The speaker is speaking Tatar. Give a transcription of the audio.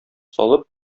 салып